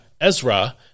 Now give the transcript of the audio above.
Ezra